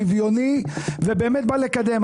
שוויוני ובאמת בא לקדם.